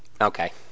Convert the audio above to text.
Okay